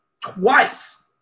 twice